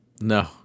No